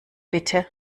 bitte